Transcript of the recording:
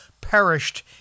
perished